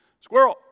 Squirrel